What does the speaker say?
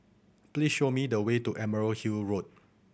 please show me the way to Emerald Hill Road